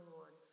Lord